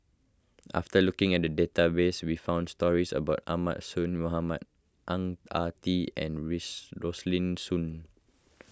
after looking at the database we found stories about Ahmad Mohamad Ang Ah Tee and Rosaline Soon